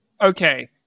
okay